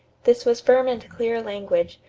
this was firm and clear language,